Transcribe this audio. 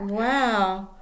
wow